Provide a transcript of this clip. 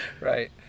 Right